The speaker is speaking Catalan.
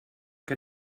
que